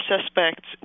suspects